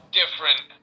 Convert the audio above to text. different